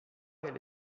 elle